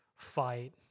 fight